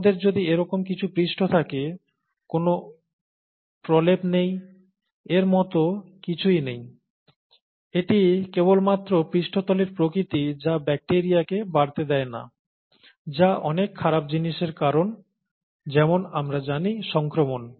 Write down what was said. আমাদের যদি এরকম কিছু পৃষ্ঠ থাকে কোনও প্রলেপ নেই এর মতো কিছুই নেই এটি কেবলমাত্র পৃষ্ঠতলের প্রকৃতি যা ব্যাকটিরিয়াকে বাড়তে দেয় না যা অনেক খারাপ জিনিসের কারণ যেমন আমরা জানি সংক্রমণ